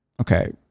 okay